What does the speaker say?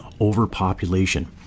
overpopulation